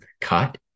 cut